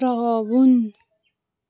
ترٛاوُن